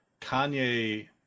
Kanye